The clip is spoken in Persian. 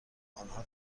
انها